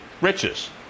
riches